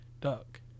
Duck